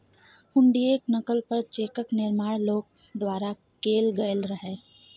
हुंडीयेक नकल पर चेकक निर्माण लोक द्वारा कैल गेल रहय